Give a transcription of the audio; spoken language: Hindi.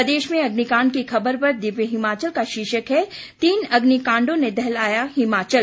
प्रदेश में अग्निकांड की खबर पर दिव्य हिमाचल का शीर्षक है तीन अग्नि कांडों ने दहलाया हिमाचल